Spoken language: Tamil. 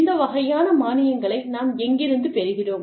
இந்த வகையான மானியங்களை நாம் எங்கிருந்து பெறுகிறோம்